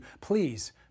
Please